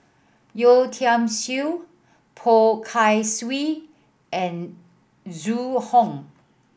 Yeo Tiam Siew Poh Kay Swee and Zhu Hong